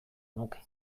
nuke